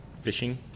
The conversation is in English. fishing